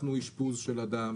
ניתחנו אשפוז של אדם,